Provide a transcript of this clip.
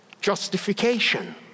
Justification